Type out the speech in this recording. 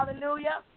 Hallelujah